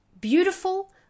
beautiful